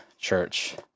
church